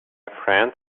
friend